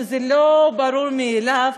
שזה לא ברור מאליו,